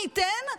מי ייתן,